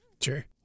Sure